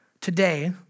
today